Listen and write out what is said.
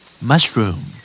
Mushroom